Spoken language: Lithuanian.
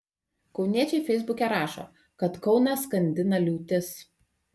kauniečiai feisbuke rašo kad kauną skandina liūtis